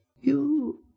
You